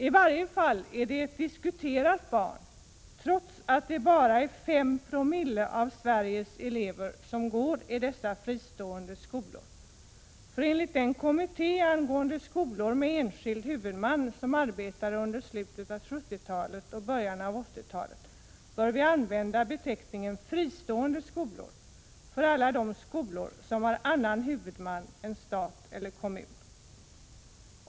I varje fall är det ett diskuterat barn, trots att bara 5 Ze av Sveriges elever går i dessa fristående skolor. Enligt den kommitté angående skolor med enskild huvudman som arbetade under slutet av 1970-talet och i början av 1980-talet bör vi använda beteckningen fristående skolor för alla de skolor som har annan huvudman än stat eller kommun.